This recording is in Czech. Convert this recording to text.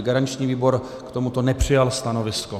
Garanční výbor k tomuto nepřijal stanovisko.